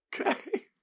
Okay